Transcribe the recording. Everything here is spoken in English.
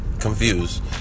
confused